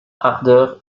ardeur